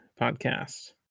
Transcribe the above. podcast